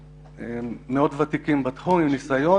ותיקים בעלי ניסיון.